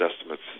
estimates